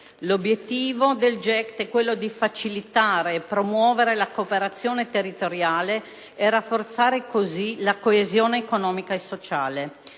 L'obiettivo del GECT è quello di facilitare e promuovere la cooperazione territoriale e rafforzare così la coesione economica e sociale.